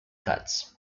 cuts